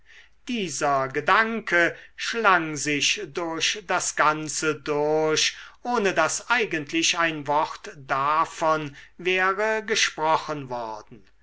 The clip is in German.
dieser gedanke schlang sich durch das ganze durch ohne daß eigentlich ein wort davon wäre gesprochen worden